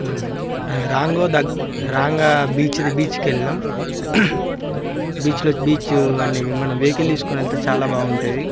రాంగ దగ్ రాంగ బీచ్ది బీచ్కి వెళ్ళాము బీచ్లో బీచ్ అన్నీ మన వెహికల్ తీసుకొని వెళితే చాలా బాగుంటుంది